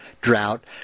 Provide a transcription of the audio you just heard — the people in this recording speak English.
drought